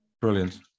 Brilliant